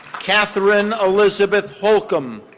katherine elizabeth holcomb.